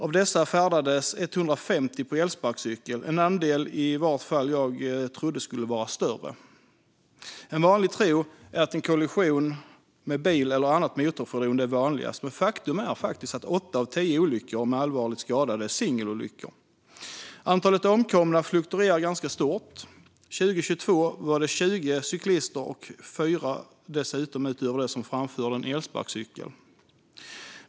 Av dessa färdades 150 på elsparkcykel, en andel som i alla fall jag trodde skulle vara större. En vanlig uppfattning är att en kollision med bil eller annat motorfordon är vanligast, men faktum är att åtta av tio olyckor med allvarligt skadade är singelolyckor. Antalet omkomna fluktuerar ganska stort; år 2022 var det 20 cyklister och utöver det dessutom 4 som framförde en elsparkcykel.